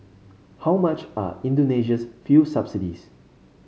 how much are Indonesia's fuel subsidies